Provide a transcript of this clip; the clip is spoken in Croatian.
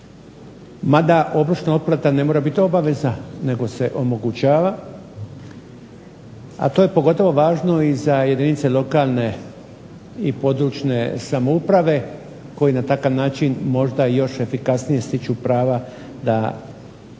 Mada obročna otplata ne mora biti obaveza, nego se omogućava a to je pogotovo važno i za jedinice lokalne i područne samouprave koji na takav način možda i još efikasnije stiču prava da reagiraju